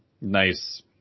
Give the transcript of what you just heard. nice